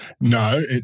No